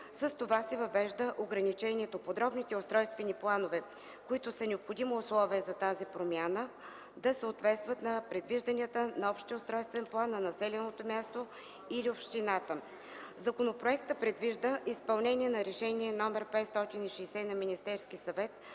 С това се въвежда ограничението подробните устройствени планове, които са необходимо условие за тази промяна, да съответстват на предвижданията на общия устройствен план на населеното място или на общината. Законопроектът предвижда изпълнение на Решение № 560 на Министерския съвет